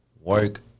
work